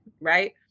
Right